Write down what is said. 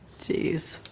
jeez.